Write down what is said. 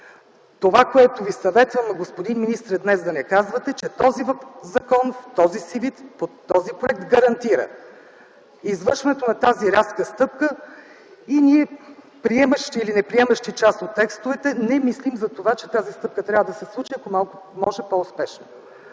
Това, което Ви съветвам, господин министре, е днес да не казвате, че този закон в този си вид, по този проект гарантира извършването на тази рязка стъпка и ние – приемащи или неприемащи част от текстовете, не мислим за това, че тази стъпка трябва да се случи, ако може по-успешно.